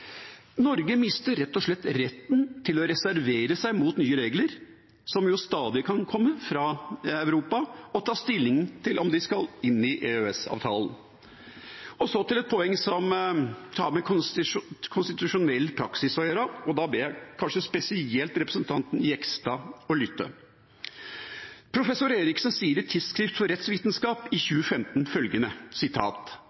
å reservere seg mot nye regler, som jo stadig kan komme fra Europa, og ta stilling til om de skal inn i EØS-avtalen. Så til et poeng som har med konstitusjonell praksis å gjøre, og da ber jeg kanskje spesielt representanten Jegstad om å lytte. Professor Eriksen sier i Tidsskrift for Rettsvitenskap i